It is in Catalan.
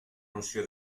noció